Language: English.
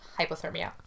hypothermia